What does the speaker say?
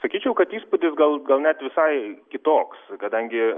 sakyčiau kad įspūdis gal gal net visai kitoks kadangi